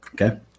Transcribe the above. Okay